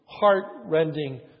heart-rending